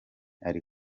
ari